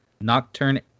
Nocturne